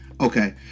Okay